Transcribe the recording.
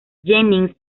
jennings